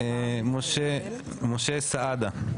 משה סעדה.